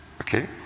Okay